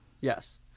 Yes